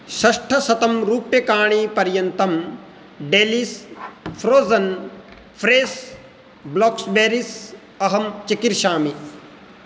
षट्शतं रूप्यकाणि पर्यन्तं डेलिस् फ़्रोसन् फ़्रेस् ब्लाक्स्बेरिस् अहं चिकीर्षामि